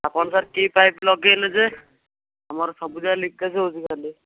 ଆପଣ ସାର୍ କି ପାଇପ୍ ଲଗାଇଲେ ଯେ ଆମର ସବୁଯାକ ଲିକେଜ୍ ହେଉଛି ଖାଲି